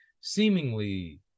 Seemingly